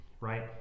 right